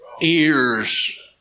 Ears